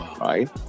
Right